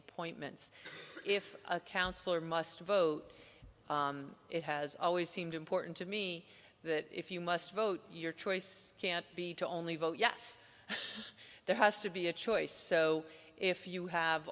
appointments if a councillor must vote it has always seemed important to me that if you must vote your choice can't be to only vote yes there has to be a choice so if you have